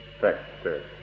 factor